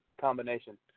combination